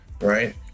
right